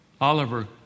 Oliver